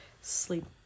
sleep